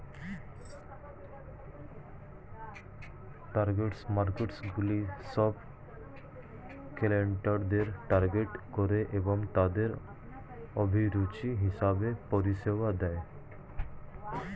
target মার্কেটসগুলি সব ক্লায়েন্টদের টার্গেট করে এবং তাদের অভিরুচি হিসেবে পরিষেবা দেয়